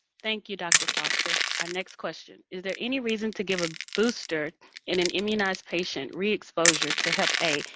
thank you, dr. foster. our next question. is there any reason to give a booster in an immunized patient, re-exposure to hep a,